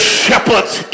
shepherds